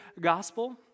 gospel